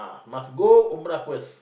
must go umrah fist